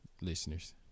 listeners